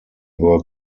were